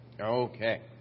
Okay